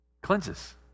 Cleanses